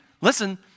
listen